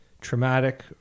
traumatic